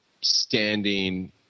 standing